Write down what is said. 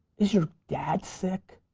is your dad sick?